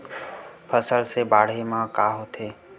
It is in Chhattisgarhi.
फसल से बाढ़े म का होथे?